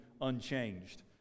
unchanged